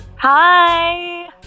Hi